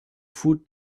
food